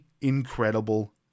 incredible